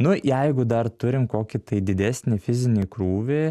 nu jeigu dar turim kokį tai didesnį fizinį krūvį